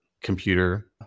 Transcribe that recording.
computer